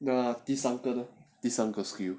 the 第三个第三个 skill